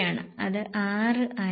ഇത് 6 ആയിരിക്കും